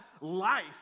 life